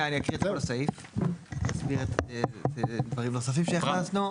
אני אקריא את הסעיף, דברים שנוספים שהכנסנו.